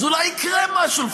אז אולי יקרה משהו,